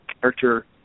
character